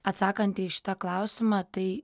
atsakanti į šitą klausimą tai